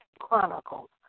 Chronicles